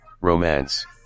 Romance